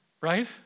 right